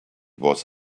was